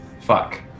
Fuck